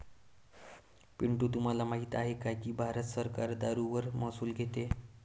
पिंटू तुम्हाला माहित आहे की भारत सरकार दारूवर महसूल घेते